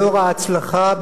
לאור ההצלחה,